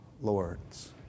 lords